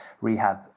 rehab